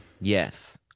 Yes